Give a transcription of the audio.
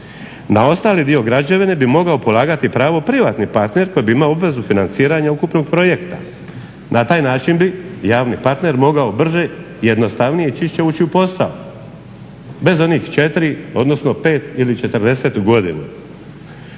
Na ostali dio građevine bio mogao polagati pravo privatni partner koji bi imao obvezu financiranja ukupnog projekta. Na taj način bi javni partner mogao brže, jednostavnije i čišće ući u posto, bez onih 4 odnosno 5 ili 40 godinu.